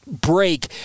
break